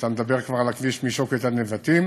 אתה מדבר כבר על הכביש משוקת עד נבטים,